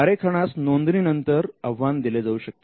आरेखनास नोंदणीनंतर आव्हान दिले जाऊ शकते